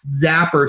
zapper